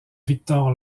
victor